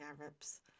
Arabs